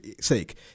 sake